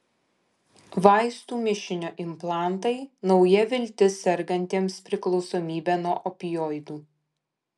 vaistų mišinio implantai nauja viltis sergantiems priklausomybe nuo opioidų